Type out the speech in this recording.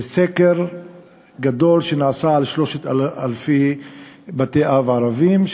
זה סקר גדול שנעשה על 3,000 בתי-אב ערביים,